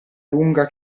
lunga